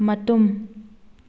ꯃꯇꯨꯝ